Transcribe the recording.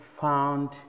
found